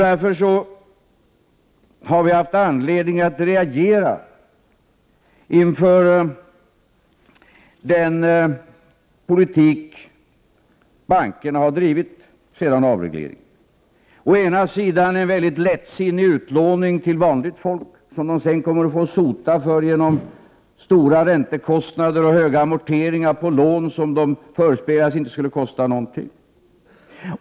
Därför har vi haft anledning att reagera inför den politik bankerna har drivit efter avregleringen: Å ena sidan har man en mycket lättsinnig utlåning till vanliga människor, som sedan kommer att få sota för denna genom höga räntekostnader och stora amorteringar av lån, som de förespeglats inte skulle komma att kosta någonting.